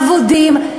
אבודים,